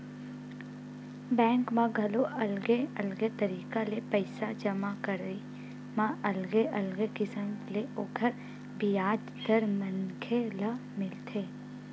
bank म घलो अलगे अलगे तरिका ले पइसा जमा करई म अलगे अलगे किसम ले ओखर बियाज दर मनखे ल मिलथे